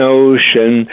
ocean